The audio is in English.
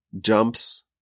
jumps